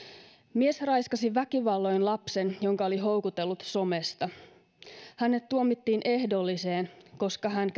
mies raiskasi väkivalloin lapsen jonka oli houkutellut somesta käräjäoikeus tuomitsi hänet ehdolliseen koska hän